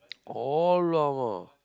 !alamak!